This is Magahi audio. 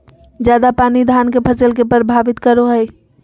ज्यादा पानी धान के फसल के परभावित करो है?